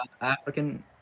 African